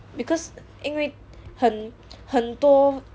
because 因为很很多